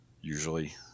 usually